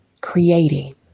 creating